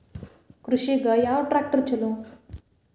ಕೃಷಿಗ ಯಾವ ಟ್ರ್ಯಾಕ್ಟರ್ ಛಲೋ?